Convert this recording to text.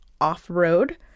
Off-Road